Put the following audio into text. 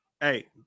Hey